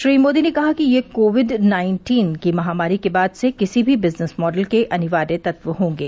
श्री मोदी ने कहा कि ये कोविड नाइन्टीन की महामारी के बाद से किसी भी बिजनेस मॉडल के अनिवार्य तत्व होंगे